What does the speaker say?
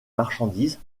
marchandises